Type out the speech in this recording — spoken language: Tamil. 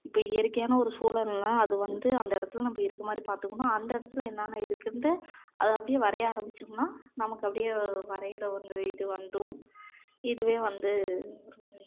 இப்போ இயற்கையான ஒரு சூழல்ன்னால் அது வந்து அந்த இடத்துல நம்ம இருக்க மாதிரி பார்த்துக்கணும் அந்த இடத்துல என்னான்ன இருக்குதுன்ட்டு அதை அப்படியே வரைய ஆரமிச்சம்ன்னால் நமக்கு அப்டி வரைகிற ஒரு இது வந்துடும் இதுவே வந்து ஒரு வரை